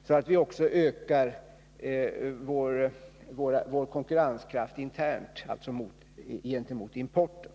och så att vi också ökar vår konkurrenskraft internt, dvs. gentemot importen.